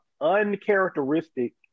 uncharacteristic